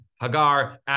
Hagar